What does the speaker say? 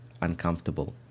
uncomfortable